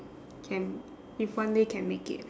can if one day can make it